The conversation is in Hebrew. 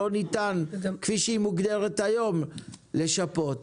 לא ניתן כפי שהיא מוגדרת היום לשפות?